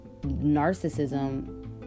narcissism